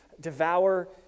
devour